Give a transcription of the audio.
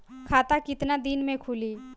खाता कितना दिन में खुलि?